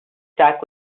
stack